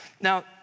Now